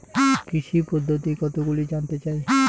কৃষি পদ্ধতি কতগুলি জানতে চাই?